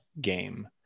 game